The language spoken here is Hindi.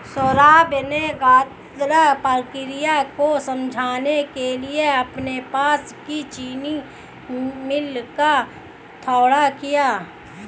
सौरभ ने गन्ना प्रक्रिया को समझने के लिए अपने पास की चीनी मिल का दौरा किया